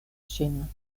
ŝin